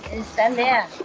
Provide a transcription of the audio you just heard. stand there.